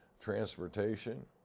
transportation